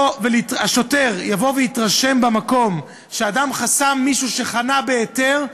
השוטר יבוא ויתרשם במקום שאדם חסם מישהו שחנה בהיתר,